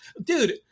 dude